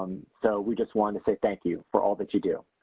so we just want to say thank you for all but you do.